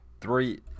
Three